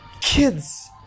kids